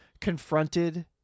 confronted